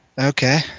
okay